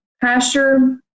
pasture